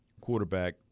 quarterback